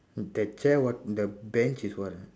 that chair what the bench is what ah